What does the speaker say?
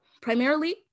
primarily